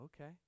Okay